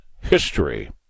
history